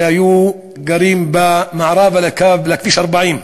שהיו גרים מערבה לקו, לכביש 40,